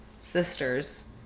sisters